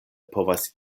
povas